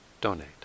donate